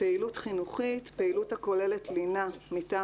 "פעילות חינוכית" פעילות הכוללת לינה מטעם